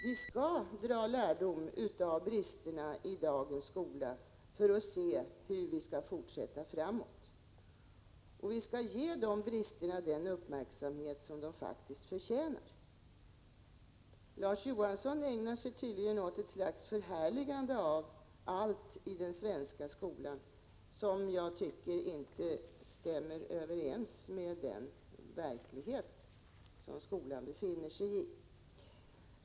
Vi skall dra lärdom av bristerna i dagens skola för att se hur vi skall kunna gå vidare, och vi skall ge bristerna den uppmärksamhet som de faktiskt förtjänar. Larz Johansson ägnar sig åt något slags förhärligande av allt i den svenska skolan vilket jag inte tycker stämmer överens med den verklighet som skolan befinner sig i.